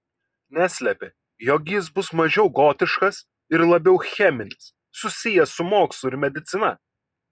neslėpė jog jis bus mažiau gotiškas ir labiau cheminis susijęs su mokslu ir medicina